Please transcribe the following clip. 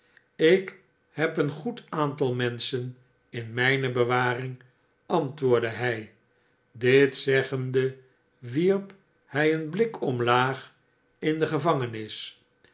ik heb een goed aantal menschen in mijne bewaring antwoordde hij dit zeggende wierp hij een blik omlaag in de gevangenis